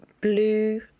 blue